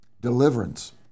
deliverance